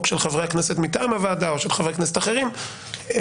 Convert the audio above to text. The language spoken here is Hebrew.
של חברי הכנסת מטעם הוועדה או של חברי כנסת אחרים לחשוב